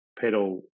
pedal